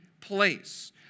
place